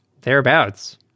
Thereabouts